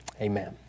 amen